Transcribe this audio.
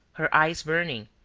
her eyes burning,